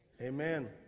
amen